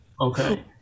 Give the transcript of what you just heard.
Okay